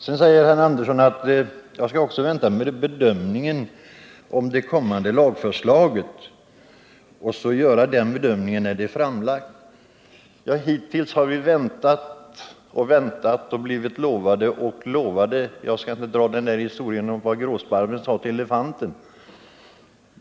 Sedan säger Alvar Andersson att jag skall vänta med bedömningen av det kommande lagförslaget till dess det är framlagt. Hittills har vi väntat och väntat och blivit lovade och blivit lovade — jag skall inte dra historien om vad gråsparven sade till elefanten.